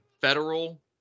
federal